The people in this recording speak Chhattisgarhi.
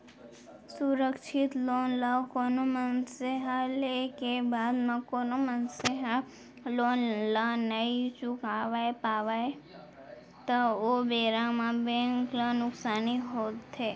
असुरक्छित लोन ल कोनो मनसे ह लेय के बाद म कोनो मनसे ह लोन ल नइ चुकावय पावय त ओ बेरा म बेंक ल नुकसानी होथे